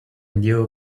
new